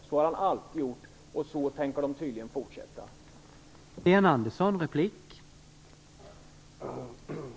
Så har han alltid gjort och det tänker han tydligen fortsätta med.